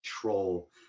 control